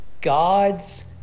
God's